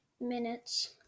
minutes